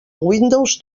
windows